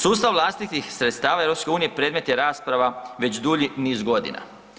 Sustav vlastitih sredstava EU predmet je rasprava već dulji niz godina.